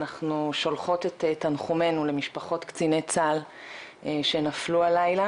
אנחנו שולחות את תנחומינו למשפחות קציני צה"ל שנפלו הלילה